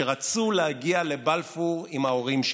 שרצו להגיע לבלפור עם ההורים שלהם.